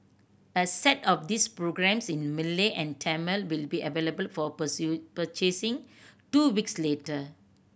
a set of these programmes in Malay and Tamil will be available for pursuit purchasing two weeks later